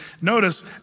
notice